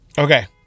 Okay